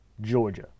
Georgia